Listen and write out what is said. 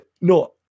no